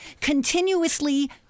continuously